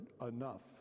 enough